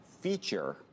feature